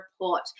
report